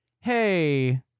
hey